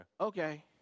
Okay